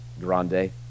grande